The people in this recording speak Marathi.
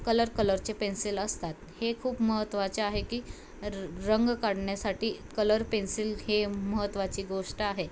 कलर कलरचे पेन्सिल असतात हे खूप महत्त्वाचे आहे की र रंग काढण्यासाठी कलर पेन्सिल हे महत्त्वाची गोष्ट आहे